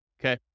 Okay